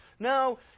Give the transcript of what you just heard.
No